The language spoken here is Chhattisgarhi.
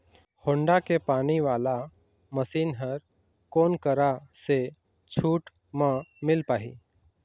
होण्डा के पानी वाला मशीन हर कोन करा से छूट म मिल पाही?